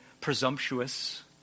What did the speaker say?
presumptuous